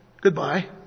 Goodbye